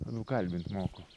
nukalbint moku